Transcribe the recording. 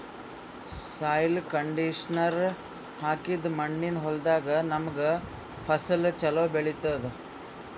soil conditioner ಹಾಕಿದ್ದ್ ಮಣ್ಣಿನ್ ಹೊಲದಾಗ್ ನಮ್ಗ್ ಫಸಲ್ ಛಲೋ ಬೆಳಿತದ್